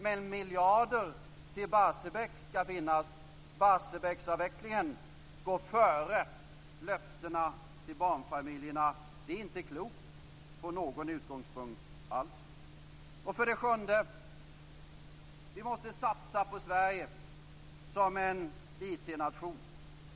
Men miljarder till Barsebäck skall finnas. Barsebäcksavvecklingen går före löftena till barnfamiljerna. Det är inte klokt från någon utgångspunkt alls. För det sjunde: vi måste satsa på Sverige som en IT-nation.